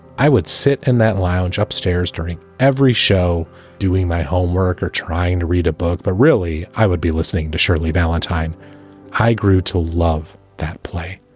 i would sit in that lounge upstairs during every show doing my homework or trying to read a book. but really, i would be listening to shirley valentine i grew to love that play.